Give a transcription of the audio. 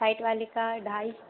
side वाली का ढाई